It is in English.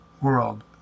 world